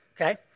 okay